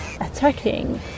attacking